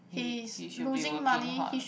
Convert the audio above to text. he he should be working hard